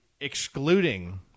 Excluding